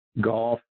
golf